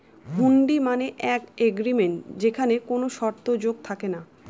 হুন্ডি মানে এক এগ্রিমেন্ট যেখানে কোনো শর্ত যোগ থাকে না